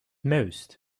most